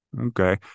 Okay